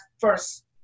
first